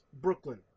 Brooklyn